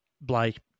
Blake